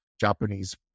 Japanese